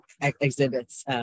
exhibits